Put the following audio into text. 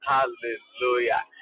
Hallelujah